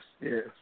yes